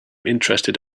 interested